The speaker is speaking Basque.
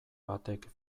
batek